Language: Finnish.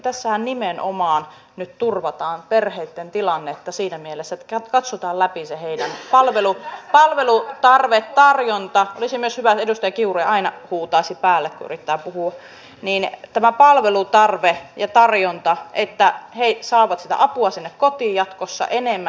tässähän nimenomaan nyt turvataan perheitten tilannetta siinä mielessä että katsotaan läpi se heidän palvelutarpeensa ja tarjontansa olisi myös hyvä että edustaja kiuru ei aina huutaisi päälle kun yrittää puhua että he saavat sitä apua sinne kotiin jatkossa enemmän